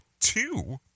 two